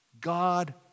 God